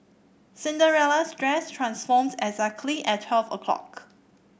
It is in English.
Cinderella's dress transformed exactly at twelve o'clock